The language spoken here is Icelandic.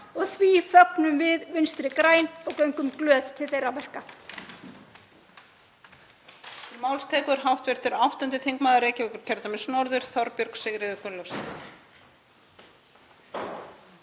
og því fögnum við Vinstri græn og göngum glöð til þeirra verka.